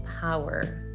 power